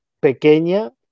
pequeña